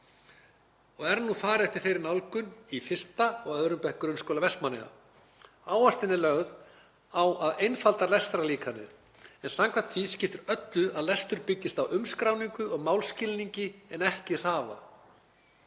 og er nú farið eftir þeirri nálgun í 1. og 2. bekk í Grunnskóla Vestmannaeyja. Áhersla er lögð á að einfalda lestrarlíkanið, en samkvæmt því skiptir öllu að lestur byggist upp á umskráningu og málskilningi en ekki hraða,